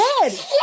dead